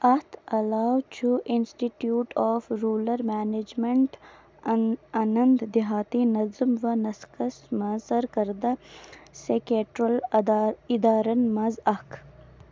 اَتھ علاوٕ چھُ institute of rural management Anand دِہاتی نظم و نسقَس منٛز سرکردہ سیکیٹرٛل اَدا اِدارَن منٛز اکھ